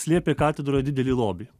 slėpė katedroje didelį lobį